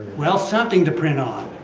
well something to print on!